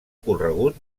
corregut